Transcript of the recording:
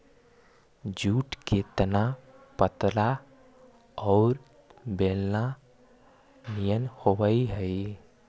jute के तना पतरा औउर बेलना निअन होवऽ हई